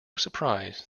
surprise